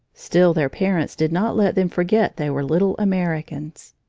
still their parents did not let them forget they were little americans.